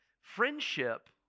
Friendship